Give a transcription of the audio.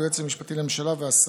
היועץ המשפטי לממשלה והשרים.